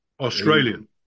Australian